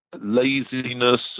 laziness